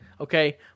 okay